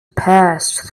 passed